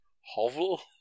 hovel